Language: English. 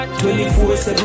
24-7